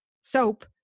soap